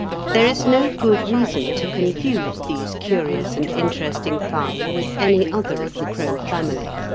there is no good reason to confuse these curious and interesting fowl with any other of the crow family.